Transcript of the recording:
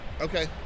Okay